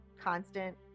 constant